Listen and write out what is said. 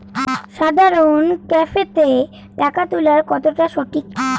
সাধারণ ক্যাফেতে টাকা তুলা কতটা সঠিক?